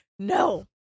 No